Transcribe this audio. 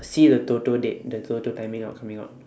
see the toto date the toto timing out coming out